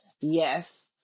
Yes